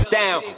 down